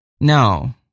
No